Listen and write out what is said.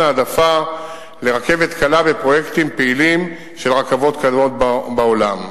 העדפה לרכבת קלה בפרויקטים פעילים של רכבות קלות בעולם.